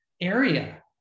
area